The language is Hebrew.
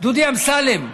דודי אמסלם,